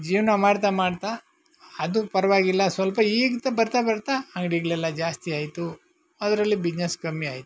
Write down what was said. ಜೀವನ ಮಾಡ್ತಾ ಮಾಡ್ತಾ ಅದು ಪರವಾಗಿಲ್ಲ ಸ್ವಲ್ಪ ಈಗ ಬರ್ತಾ ಬರ್ತಾ ಅಂಗಡಿಗ್ಳೆಲ್ಲ ಜಾಸ್ತಿಯಾಯಿತು ಅದರಲ್ಲಿ ಬಿಜ್ನೆಸ್ ಕಮ್ಮಿ ಆಯಿತು